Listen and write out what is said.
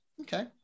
okay